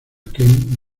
kent